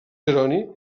jeroni